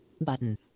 button